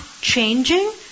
changing